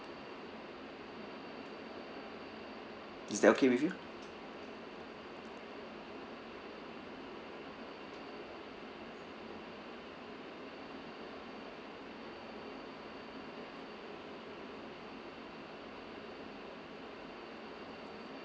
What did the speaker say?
is that okay with you